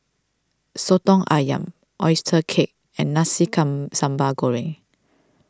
Soto Ayam Oyster Cake and Nasi Come Sambal Goreng